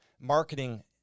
marketing